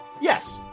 Yes